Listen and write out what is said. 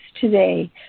today